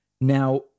now